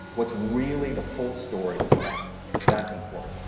what's really the full story for us that's important.